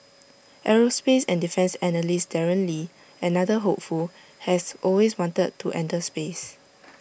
aerospace and defence analyst Darren lee another hopeful has always wanted to enter space